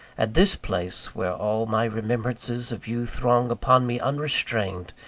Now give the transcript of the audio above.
at this place, where all my remembrances of you throng upon me unrestrained,